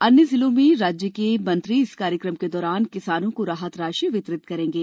अन्य जिलों में राज्य के मंत्री इस कार्यक्रम के दौरान किसानों को राहत राशि वितरित करेंगे